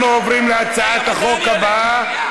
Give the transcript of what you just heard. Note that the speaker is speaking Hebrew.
אנחנו עוברים להצעת החוק הבאה,